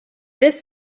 this